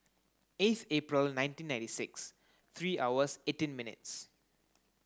eighth April nineteen ninety six three hours eighteen minutes